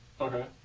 Okay